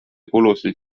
kulusid